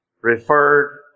referred